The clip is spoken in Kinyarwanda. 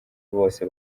bose